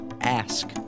ask